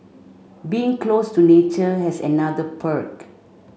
being close to nature has another perk